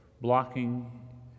blocking